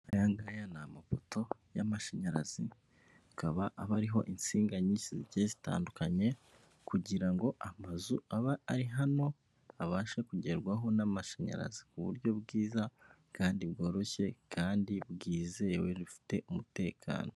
Aya ngaya ni amapoto y'amashanyarazi, akaba aba ariho insinga nyinshi zigiye zitandukanye, kugira ngo amazu aba ari hano, abashe kugerwaho n'amashanyarazi ku buryo bwiza kandi bworoshye, kandi bwizewe bufite umutekano.